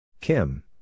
Kim